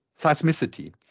seismicity